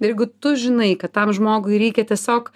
jeigu tu žinai kad tam žmogui reikia tiesiog